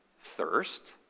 thirst